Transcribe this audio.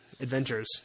adventures